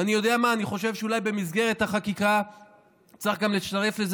ואני חושב שאולי במסגרת החקיקה צריך גם לצרף לזה